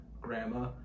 grandma